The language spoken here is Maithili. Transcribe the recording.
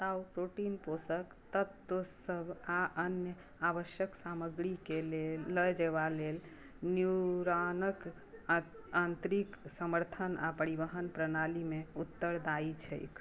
ताऊ प्रोटीन पोषक तत्वसभ आ अन्य आवश्यक सामग्रीके लऽ जयबालेल न्यूरॉनक आँतरिक समर्थन आ परिवहन प्रणालीमे उत्तरदायी छैक